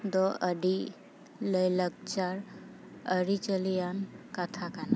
ᱫᱚ ᱟᱹᱰᱤ ᱞᱟᱭᱼᱞᱟᱠᱪᱟᱨ ᱟᱹᱨᱤᱼᱪᱟᱞᱤᱭᱟᱱ ᱠᱟᱛᱷᱟ ᱠᱟᱱᱟ